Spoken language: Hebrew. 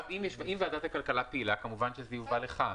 אם ועדת הכלכלה פעילה, כמובן זה יובא לכאן.